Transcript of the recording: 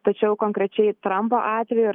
tačiau konkrečiai trampo atveju ir tą situaciją kurią